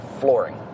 flooring